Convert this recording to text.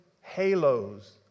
halos